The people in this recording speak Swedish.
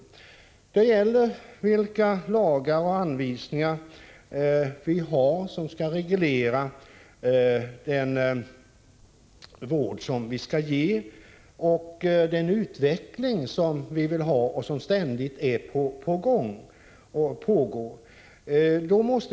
Vad det gäller är vilka lagar och anvisningar som skall reglera vården och vilken utveckling vi vill ha; en utveckling pågår ju ständigt.